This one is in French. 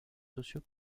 sociaux